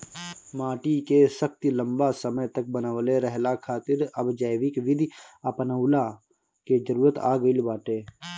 माटी के शक्ति लंबा समय तक बनवले रहला खातिर अब जैविक विधि अपनऊला के जरुरत आ गईल बाटे